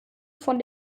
von